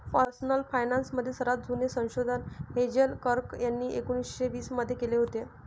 personal finance मधील सर्वात जुने संशोधन हेझेल कर्क यांनी एकोन्निस्से वीस मध्ये केले होते